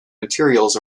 materials